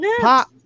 pop